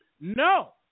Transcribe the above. no